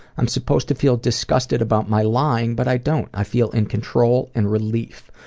i'm supposed to feel disgusted about my lying but i don't i feel in control and relief.